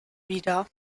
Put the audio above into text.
wieder